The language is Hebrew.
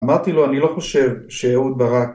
אמרתי לו אני לא חושב שאהוד ברק